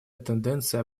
тенденция